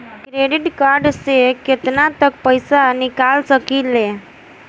Credit card से केतना तक पइसा निकाल सकिले?